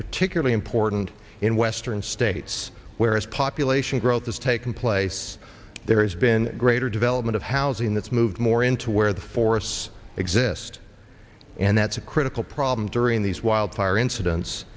particularly important in western states where as population growth has taken place there has been greater development of housing that's moved more into where the forests exist and that's a critical problem during these wild fire incidents